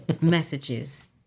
messages